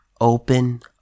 Open